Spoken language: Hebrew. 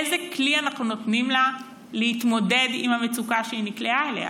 איזה כלי אנחנו נותנים לה להתמודד עם המצוקה שהיא נקלעה אליה?